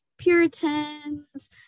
puritans